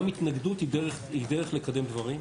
גם התנגדות היא דרך לקדם דברים.